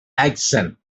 action